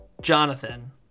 jonathan